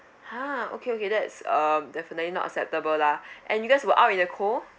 !huh! okay okay that's um definitely not acceptable lah and you guys were out in the cold